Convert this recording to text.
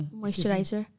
moisturizer